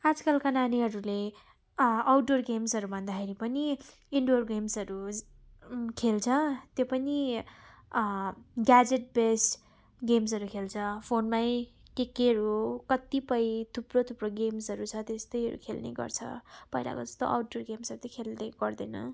आजकलका नानीहरूले आउटडुवर गेम्सहरू भन्दाखेरि पनि इन्डुवर गेम्सहरू खेल्छ त्यो पनि ग्याजेट बेस्ड गेम्सहरू खेल्छ फोनमै के केहरू कतिपय थुप्रो थुप्रो गेम्सहरू छ त्यस्तैहरू खेल्ने गर्छ पहिलाको जस्तो आउटडुवर गेम्सहरू त खेल्ने गर्दैन